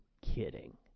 kidding